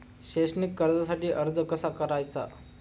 शैक्षणिक कर्जासाठी अर्ज कसा करायचा?